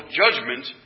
judgment